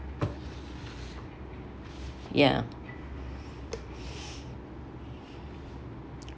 ya